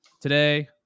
today